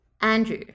Andrew